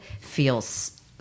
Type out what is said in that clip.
feels